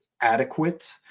adequate